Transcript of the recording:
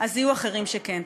יהיו אחרים שכן.